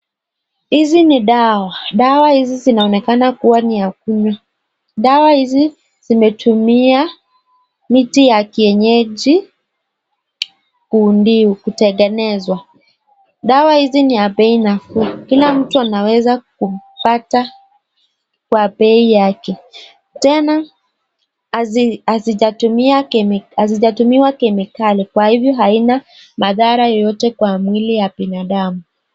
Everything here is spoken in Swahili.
Hizi ni dawa. Dawa hizi zinaonekana kuwa ni ya kunywa. Dawa hizi zimetumia miti ya kienyeji kutengenezwa. Dawa hizi ni ya bei nafuu. Kila mtu anaweza kupata kwa bei yake. Tena hazijatumiwa kemikali. Kwa hivyo haina madhara yoyote kwa mwili ya binadamu.